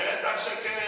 בטח שכן.